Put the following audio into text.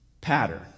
pattern